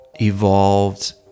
evolved